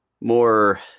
more